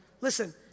listen